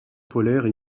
polaires